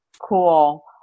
cool